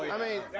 i mean,